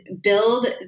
build